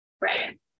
right